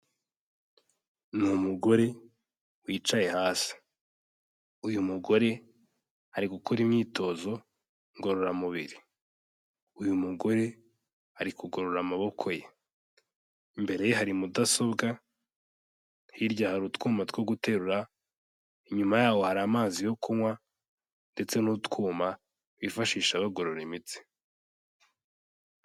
Ni umugore wicaye hasi. Uyu mugore ari gukora imyitozo ngororamubiri. Uyu mugore ari kugorora amaboko ye. Imbere ye hari mudasobwa, hirya hari utwuma two guterura, inyuma yaho hari amazi yo kunywa ndetse n'utwuma bifashisha bagorora imitsi.